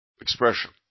expression